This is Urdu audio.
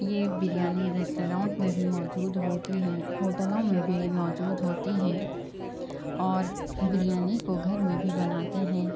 یہ بریانی ریسٹورینٹ میں بھی موجود ہوتی ہے ہوٹلوں میں بھی موجود ہوتی ہے اور بریانی کو گھر میں بھی بناتے ہیں